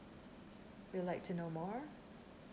we'd like to know more